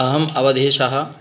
अहम् अवधेशः